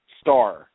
star